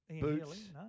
Boots